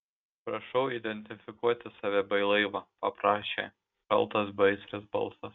prašau identifikuoti save bei laivą paprašė šaltas beaistris balsas